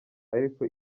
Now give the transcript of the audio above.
ariko